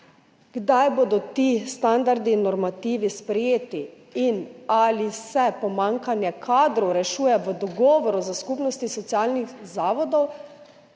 sprejeti ti standardi in normativi in ali se pomanjkanje kadrov rešuje v dogovoru s Skupnostjo socialnih zavodov,